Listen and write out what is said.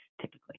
typically